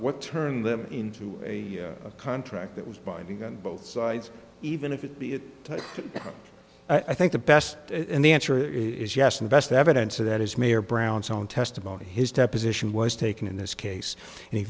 what turned them into a contract that was binding on both sides even if it be it i think the best and the answer is yes and best evidence of that is mayor brown's own testimony his deposition was taken in this case and